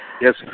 Yes